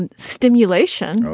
and stimulation,